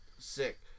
Sick